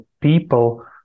people